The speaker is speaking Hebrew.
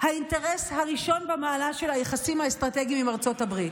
האינטרס הראשון במעלה של היחסים האסטרטגיים עם ארצות הברית.